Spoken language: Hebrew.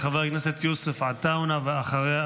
חבר הכנסת יוסף עטאונה, ואחריו,